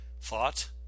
thought